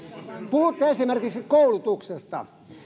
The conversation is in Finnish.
puhutte esimerkiksi koulutuksesta